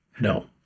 no